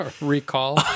Recall